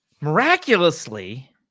miraculously